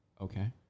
Okay